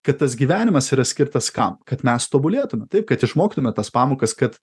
kad tas gyvenimas yra skirtas kam kad mes tobulėtume taip kad išmoktume tas pamokas kad